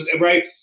Right